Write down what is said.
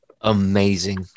Amazing